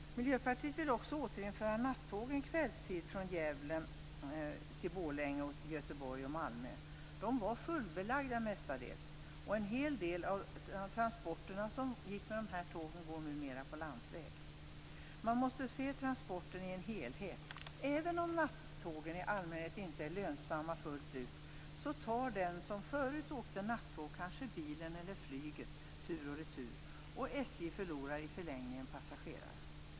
Miljöpartiet vill också återinföra nattågen kvällstid från Gävle till Borlänge, Göteborg och Malmö. De var mestadels fullbelagda. En hel del av de transporter som gick med dessa tåg går numera på landsväg. Man måste se transporten som en helhet. Även om nattågen i allmänhet inte är lönsamma fullt ut tar den som förut åkte nattåg kanske bilen eller flyget tur och retur, och SJ förlorar i förlängningen passagerare.